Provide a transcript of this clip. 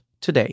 today